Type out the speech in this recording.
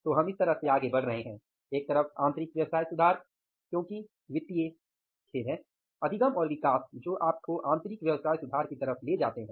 तो हम इस तरह से आगे बढ़ रहे हैं एक तरफ आंतरिक व्यवसाय सुधार क्योंकि वित्तीय खेद है अधिगम और विकास जो आपको आंतरिक व्यवसाय सुधार की तरफ ले जाते हैं